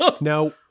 Now